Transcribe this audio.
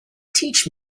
teach